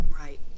Right